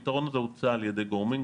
הפתרון הזה הוצע על ידי גורמים,